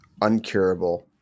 uncurable